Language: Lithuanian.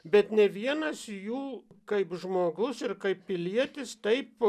bet nė vienas jų kaip žmogus ir kaip pilietis taip